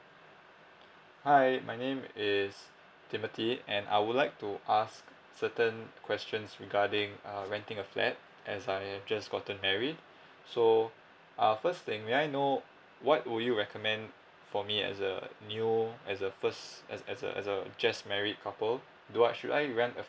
hi my name is timothy and I would like to ask certain questions regarding uh renting a flat as I have just gotten married so uh first thing may I know what would you recommend for me as a new as a first as as a as a just married couple do I should I rent a